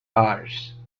hours